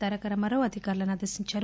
తారకరామారావు అధికారులను ఆదేశించారు